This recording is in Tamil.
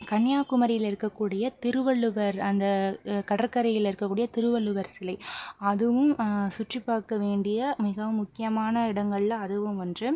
கன்னியாகுமரியில் இருக்கக்கூடிய திருவள்ளுவர் அந்த கடற்கரையில் இருக்கக்கூடிய திருவள்ளுவர் சிலை அதுவும் சுற்றி பார்க்க வேண்டிய மிகவும் முக்கியமான இடங்களில் அதுவும் ஒன்று